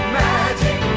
magic